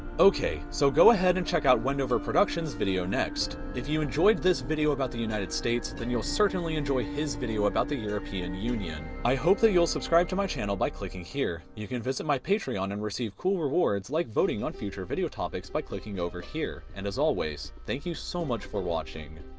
ok, so go ahead and check out wendover productions' video next. if you enjoyed this video about the united states then you'll certainly enjoy his video about the european union i hope that you'll subscribe to my channel by clicking here. you can visit my patreon and receive cool rewards, like voting on on future video topics, by clicking over here. and as always, thank you so much for watching.